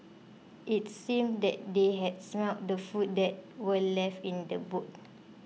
it seemed that they had smelt the food that were left in the boot